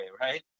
right